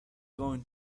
going